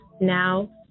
Now